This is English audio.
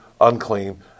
unclean